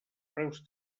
preus